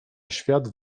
świat